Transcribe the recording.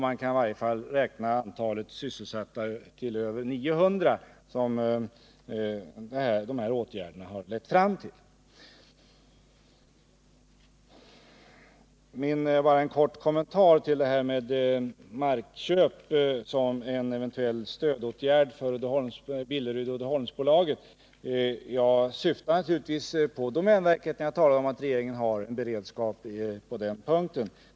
Man kan i varje fall räkna med att dessa åtgärder har lett fram till över 900 sysselsatta. Så en kort kommentar till markköp som en eventuell stödåtgärd för Billerud-Uddeholm AB. Jag syftar naturligtvis på domänverket när jag talar om att regeringen har en beredskap på den punkten.